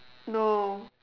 no